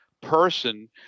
person